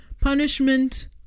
Punishment